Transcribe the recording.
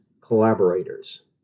collaborators